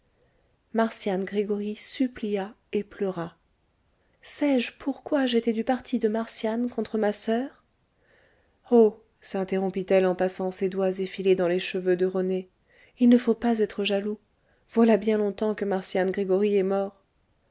marcian gregoryi supplia et pleura sais-je pourquoi j'étais du parti de marcian contre ma soeur oh sinterrompit elle en passant ses doigts effilés dans les cheveux de rené il ne faut pas être jaloux voilà bien longtemps que marcian gregoryi est mort